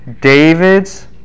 David's